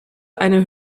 eine